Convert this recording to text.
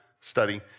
study